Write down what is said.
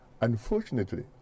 Unfortunately